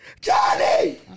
Johnny